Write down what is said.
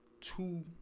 two